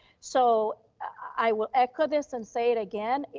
so i will echo this and say it again,